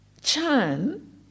Chan